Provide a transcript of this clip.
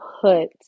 put